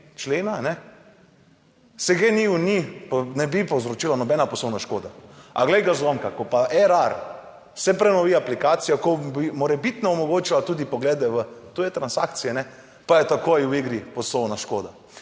člena se GEN-I ni, pa ne bi povzročila nobena poslovna škoda. A glej ga zlomka, ko pa Erar se prenovi aplikacijo, ko bi morebitno omogočala tudi poglede v tuje transakcije, pa je takoj v igri poslovna škoda.